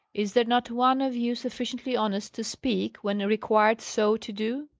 is there not one of you sufficiently honest to speak, when required so to do?